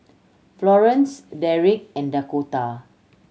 Florence Derek and Dakotah